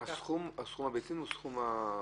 על מספר הביצים או סכום הכסף?